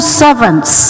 servants